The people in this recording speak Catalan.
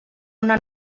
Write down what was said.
una